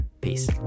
peace